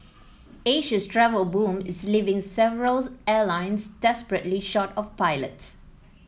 Asia's travel boom is leaving several airlines desperately short of pilots